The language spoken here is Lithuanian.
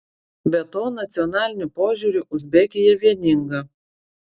be to nacionaliniu požiūriu uzbekija vieninga